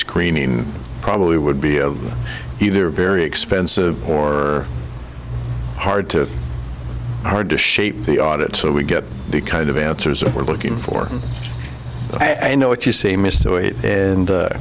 screening probably would be either very expensive or hard to hard to shape the audit so we get the kind of answers we're looking for i know what you say